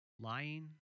Lying